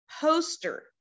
poster